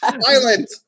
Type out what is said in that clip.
silent